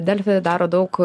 delfi daro daug